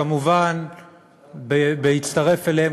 והצטרפה אליהם,